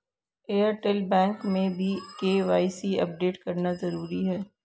Airtel bank में भी KYC update करना जरूरी है